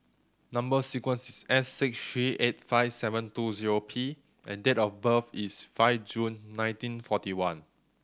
number sequence is S six three eight five seven two zero P and date of birth is five June nineteen forty one